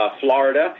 Florida